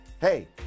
Hey